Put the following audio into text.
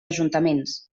ajuntaments